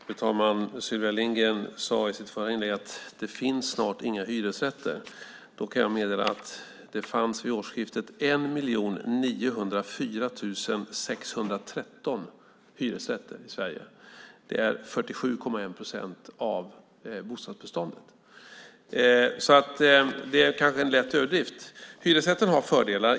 Fru talman! Sylvia Lindgren sade i sitt förra inlägg att det snart inte finns några hyresrätter. Då kan jag meddela att det vid årsskiftet fanns 1 904 613 hyresrätter i Sverige. Det är 47,1 procent av bostadsbeståndet. Så Sylvia Lindgren uttryckte kanske en lätt överdrift. Hyresrätten har fördelar.